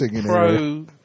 pro